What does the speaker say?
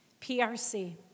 PRC